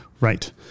right